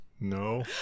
No